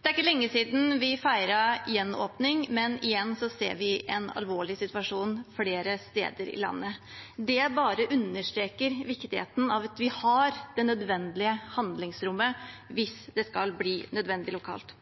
Det er ikke lenge siden vi feiret gjenåpning, men igjen ser vi en alvorlig situasjon flere steder i landet. Det bare understreker viktigheten av at man har det nødvendige handlingsrommet hvis det skal bli nødvendig, lokalt.